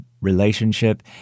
relationship